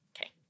Okay